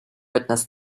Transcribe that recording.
witness